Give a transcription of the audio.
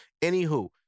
Anywho